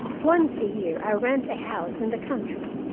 once a year i rent a house in the country.